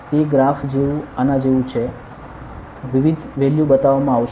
તે ગ્રાફ જેવું આના જેવુ છે વિવિધ વેલ્યુ બતાવવામાં આવશે